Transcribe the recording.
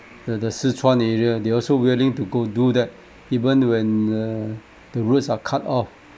the the szechuan area they also willing to go do that even when uh the roads are cutoff